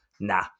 Nah